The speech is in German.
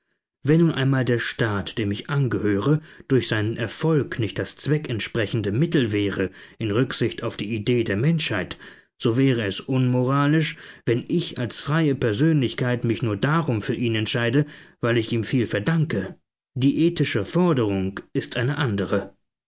wenn nun einmal der staat dem ich angehöre durch seinen erfolg nicht das zweckentsprechende mittel wäre in rücksicht auf die idee der menschheit so wäre es unmoralisch wenn ich als freie persönlichkeit mich nur darum für ihn entschiede weil ich ihm viel verdanke die ethische forderung ist eine andere